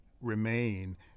remain